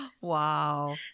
Wow